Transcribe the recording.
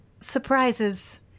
Surprises